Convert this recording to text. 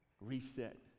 reset